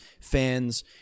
fans